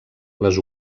les